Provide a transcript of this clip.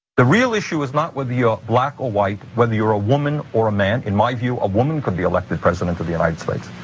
the real issue is not whether you're black or white, whether you're a woman or a man. in my view, a woman could be elected president of the united states.